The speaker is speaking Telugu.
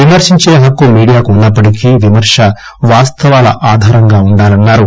విమర్పించే హక్కు మీడియాకు ఉన్నప్పటికీ విమర్న వాస్తవాల ఆధారంగా ఉండాలన్నారు